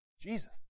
Jesus